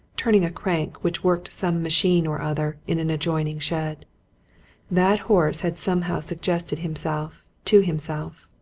turning a crank which worked some machine or other in an adjoining shed that horse had somehow suggested himself to himself.